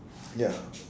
ya